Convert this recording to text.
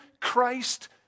Christ